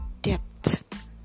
depth